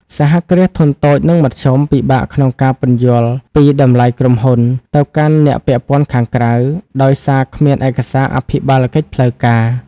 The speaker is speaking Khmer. សហគ្រាសធុនតូច និងមធ្យម ពិបាកក្នុងការពន្យល់ពី "តម្លៃក្រុមហ៊ុន" ទៅកាន់អ្នកពាក់ព័ន្ធខាងក្រៅ ដោយសារគ្មានឯកសារអភិបាលកិច្ចផ្លូវការ។